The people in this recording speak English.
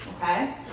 okay